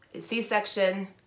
C-section